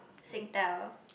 Singtel